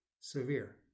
Severe